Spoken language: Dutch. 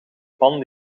pan